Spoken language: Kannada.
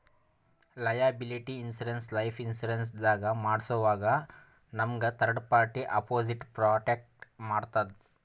ಲಯಾಬಿಲಿಟಿ ಇನ್ಶೂರೆನ್ಸ್ ಲೈಫ್ ಇನ್ಶೂರೆನ್ಸ್ ದಾಗ್ ಮಾಡ್ಸೋವಾಗ್ ನಮ್ಗ್ ಥರ್ಡ್ ಪಾರ್ಟಿ ಅಪೊಸಿಟ್ ಪ್ರೊಟೆಕ್ಟ್ ಮಾಡ್ತದ್